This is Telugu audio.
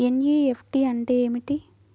ఎన్.ఈ.ఎఫ్.టీ అంటే ఏమిటి?